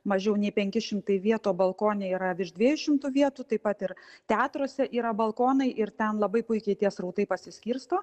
mažiau nei penki šimtai vietų o balkone yra virš dviejų šimtų vietų taip pat ir teatruose yra balkonai ir ten labai puikiai tie srautai pasiskirsto